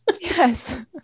yes